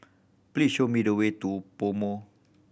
please show me the way to PoMo